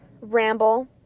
ramble